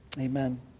Amen